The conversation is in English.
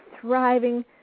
thriving